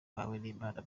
muhawenimana